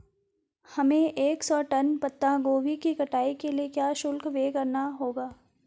हमें एक सौ टन पत्ता गोभी की कटाई के लिए क्या शुल्क व्यय करना होगा?